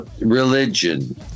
religion